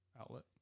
outlet